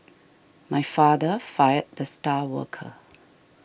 my father fired the star worker